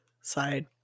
side